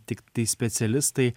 tiktai specialistai